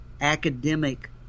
academic